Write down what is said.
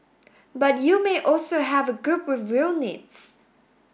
but you may also have a group with real needs